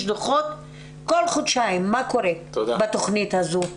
דו"חות כל חודשיים מה קורה בתכנית הזו.